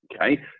Okay